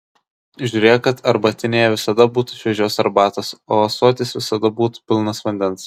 žiūrėk kad arbatinyje visada būtų šviežios arbatos o ąsotis visada būtų pilnas vandens